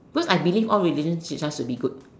because all religion ship as to be good